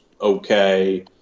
okay